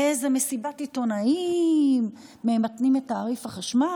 איזו מסיבת עיתונאים: ממתנים את תעריף החשמל.